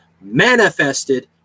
manifested